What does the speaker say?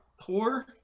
poor